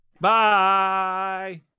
bye